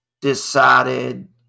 decided